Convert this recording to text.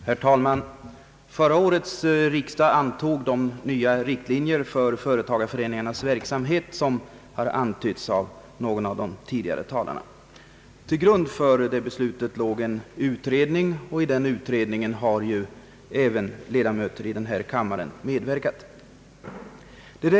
Herr talman! Förra årets riksdag antog de nya riktlinjer för företagareföreningarnas verksamhet som har antytts av någon av de tidigare talarna i dag. Till grund för det beslutet låg en utredning i vilken även ledamöter från den 'na kammare medverkade.